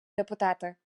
депутати